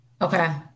Okay